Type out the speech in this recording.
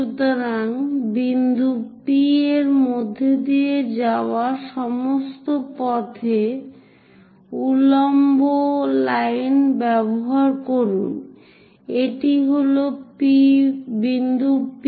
সুতরাং বিন্দু P এর মধ্য দিয়ে যাওয়ার সমস্ত পথে উল্লম্ব লাইন ব্যবহার করুন এটি হল বিন্দু P